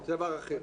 זה דבר אחר.